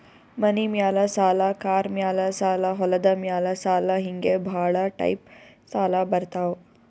ಮನಿ ಮ್ಯಾಲ ಸಾಲ, ಕಾರ್ ಮ್ಯಾಲ ಸಾಲ, ಹೊಲದ ಮ್ಯಾಲ ಸಾಲ ಹಿಂಗೆ ಭಾಳ ಟೈಪ್ ಸಾಲ ಬರ್ತಾವ್